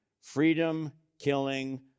freedom-killing